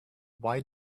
why